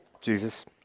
Jesus